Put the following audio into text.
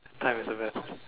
time is the best